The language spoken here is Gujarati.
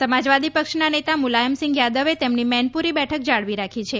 સમાજવાદી પક્ષના નેતા મુલાયમ સિંઘ યાદવે તેમની મેનપુરી બેઠક જાળવી રાખી છે